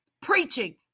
preaching